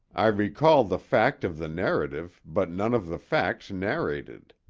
i recall the fact of the narrative, but none of the facts narrated.